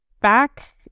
back